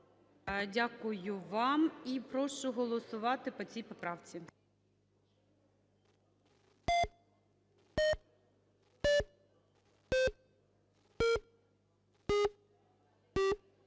Дякую вам. І прошу голосувати по цій поправці.